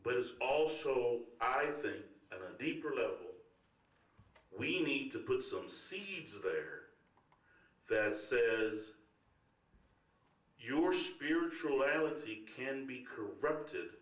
but is also i think at a deeper level we need to put some seeds there that says your spirituality can be corrupted